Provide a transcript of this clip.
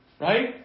Right